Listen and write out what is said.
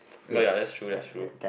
oh ya that's true that's true